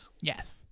Yes